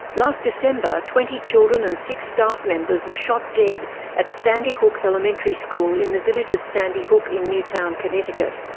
last december twenty children and six staff members were shot dead at sandy hook elementary school in the village of sandy hook in newtown, connecticut.